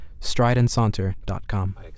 strideandsaunter.com